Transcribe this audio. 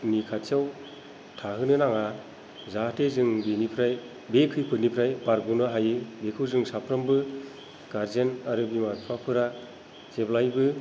नि खाथियाव थाहोनो नाङा जाहाथे जों बिनिफ्राय बे खैफोदनिफ्राय बारग'नो हायो बेखौ जों साफ्रोमबो गारजेन आरो बिमा बिफाफोरा जेब्लायबो